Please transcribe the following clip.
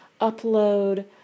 upload